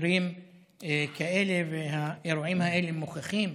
לשוטרים כאלה, והאירועים האלה מוכיחים